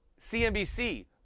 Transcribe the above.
CNBC